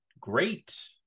great